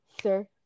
sir